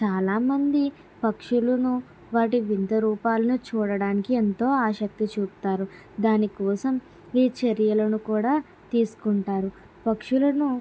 చాలా మంది పక్షులను వాటి వింత రూపాలని చూడడానికి ఎంతో ఆసక్తి చూపుతారు దాని కోసం ఈ చర్యలను కూడా తీసుకుంటారు పక్షులను